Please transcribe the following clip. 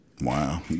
Wow